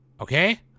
Okay